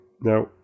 Now